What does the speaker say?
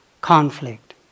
conflict